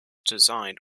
designed